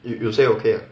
you you say okay ah